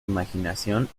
imaginación